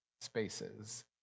spaces